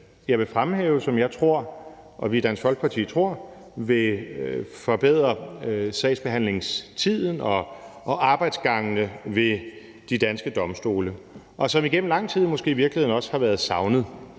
jeg vil fremhæve, og som jeg og vi i Dansk Folkeparti tror vil forbedre sagsbehandlingstiden og arbejdsgangene ved de danske domstole, og som igennem lang tid måske i virkeligheden også har været savnet